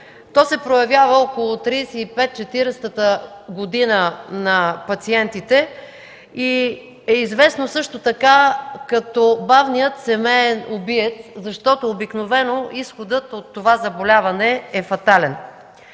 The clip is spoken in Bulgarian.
То се проявява около 35-40-ата година на пациентите и е известно също така като бавния семеен убиец, защото обикновено изходът от това заболяване е фатален.